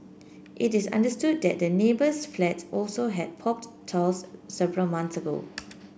it is understood that the neighbour's flat also had popped tiles several months ago